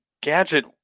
gadget